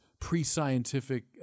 pre-scientific